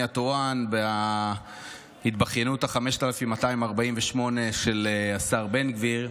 התורן וההתבכיינות ה-5,248 של השר בן גביר.